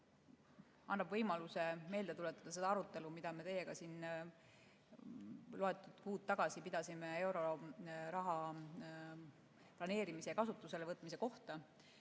annab võimaluse meelde tuletada arutelu, mida me teiega siin loetud kuud tagasi pidasime euroraha planeerimise ja kasutusele võtmise üle.